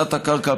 תת-הקרקע,